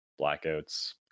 Blackouts